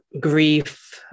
grief